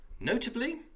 Notably